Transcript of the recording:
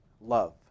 love